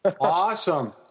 Awesome